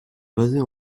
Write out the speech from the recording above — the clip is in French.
basées